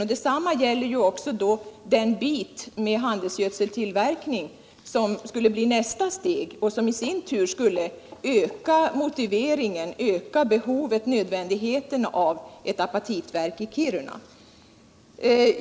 Detsamma gäller den bit med handelsgödseltillverkning som skulle bli nästa steg och som i sin tur skulle öka motiveringen för, behovet och nödvändigheten av ett apatitverk i Kiruna.